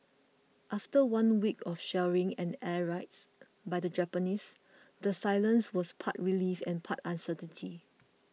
after one week of shelling and air raids by the Japanese the silence was part relief and part uncertainty